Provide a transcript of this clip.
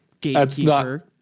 gatekeeper